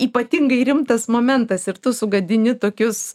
ypatingai rimtas momentas ir tu sugadini tokius